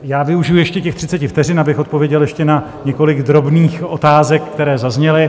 Já využiji ještě těch 30 vteřin, abych odpověděl na několik drobných otázek, které zazněly.